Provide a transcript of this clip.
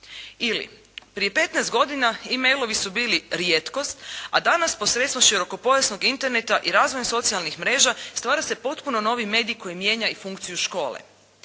Ili, prije 15 godina e-mailovi su bili rijetkost, a danas posredstvom širokopojasnog interneta i razvojem socijalnih mreža stvara se potpuno novi medij koji mijenja i funkciju škole.